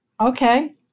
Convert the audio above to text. Okay